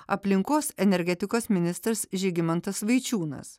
aplinkos energetikos ministras žygimantas vaičiūnas